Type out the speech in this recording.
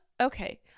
okay